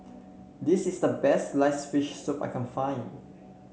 this is the best sliced fish soup I can find